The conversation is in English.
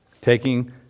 taking